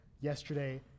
yesterday